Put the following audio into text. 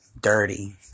dirty